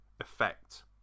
effect